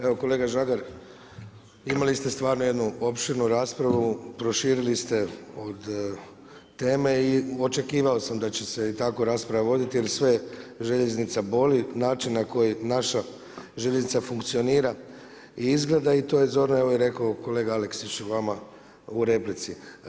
Evo kolega Žagar, imali ste stvarno jednu opširnu raspravu, proširili ste od teme i očekivao sam da će se tako rasprava i voditi jer sve željeznica boli, način na koji naša željeznica funkcionira i izgleda i to je zorno rekao i kolega Aleksić vama u replici.